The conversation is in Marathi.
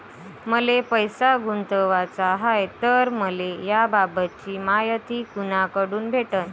मले पैसा गुंतवाचा हाय तर मले याबाबतीची मायती कुनाकडून भेटन?